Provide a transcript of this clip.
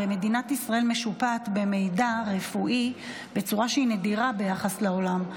הרי מדינת ישראל משופעת במידע רפואי בצורה שהיא נדירה ביחס לעולם.